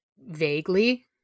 vaguely